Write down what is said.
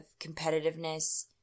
competitiveness